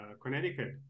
Connecticut